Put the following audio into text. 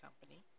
company